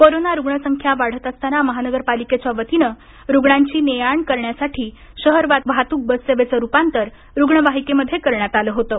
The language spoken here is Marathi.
कोरोना रुग्णसंख्या वाढत असताना महानगरपालिकेच्या वतीनं रुग्णांची ने आण करण्यासाठी शहर वाहतूक बससेवेचं रूपांतर रुग्णवाहिकेमध्ये करण्यात आलं होतं